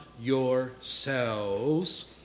yourselves